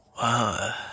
Wow